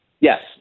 Yes